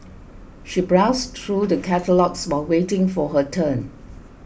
she browsed through the catalogues while waiting for her turn